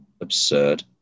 absurd